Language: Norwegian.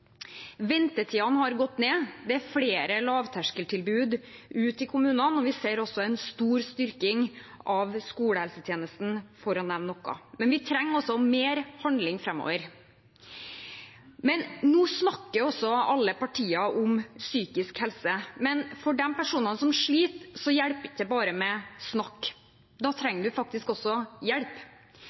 Ventetidene har gått ned. Det er flere lavterskeltilbud ute i kommunene, og vi ser også en stor styrking av skolehelsetjenesten, for å nevne noe. Men vi trenger også mer handling framover. Nå snakker alle partier om psykisk helse, men for de personene som sliter, hjelper det ikke bare med snakk. Da trenger man faktisk også hjelp.